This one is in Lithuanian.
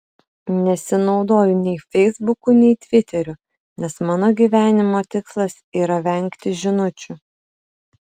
nesinaudoju nei feisbuku nei tviteriu nes mano gyvenimo tikslas yra vengti žinučių